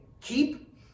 keep